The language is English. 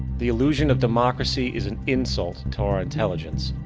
the illusion of democracy is an insult to our intelligence.